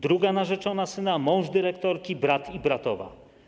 Druga narzeczona syna, mąż dyrektorki, brat i bratowa.